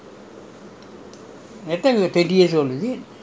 no you were saying lah whether to marry her